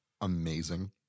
amazing